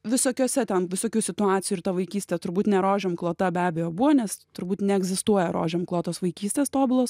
visokiuose ten visokių situacijų ir ta vaikystė turbūt ne rožėm klota be abejo buvo nes turbūt neegzistuoja rožėm klotos vaikystės tobulos